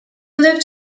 lived